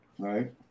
Right